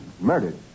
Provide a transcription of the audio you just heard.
murdered